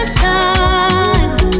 time